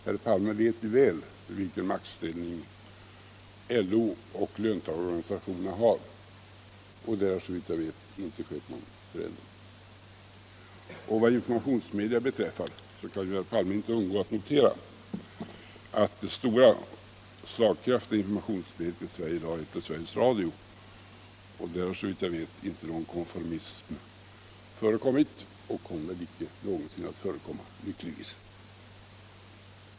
Herr Palme vet mycket väl vilken maktställning LO och de andra löntagarorganisationerna har, och där har det såvill jag vel inte skett någon förändring. Vad informationsmedia beträffar kan herr Palme inte undgå att notera att det stora och slagkraftiga informationsmediet i Sverige i dag heter Sveriges Radio. Där har såvitt jag vet inte någon konformism förekommit och kommer tyckligtvis icke att förekomma.